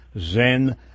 Zen